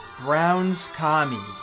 Browns-Commies